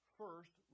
first